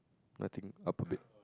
nothing up a bit